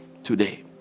today